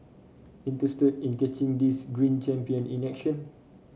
interested in catching these green champion in action